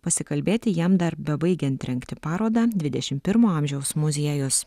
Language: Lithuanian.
pasikalbėti jam dar bebaigiant rengti parodą dvidešimt pirmo amžiaus muziejus